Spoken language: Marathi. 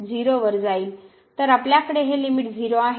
तर आपल्याकडे ही लिमिट 0 आहे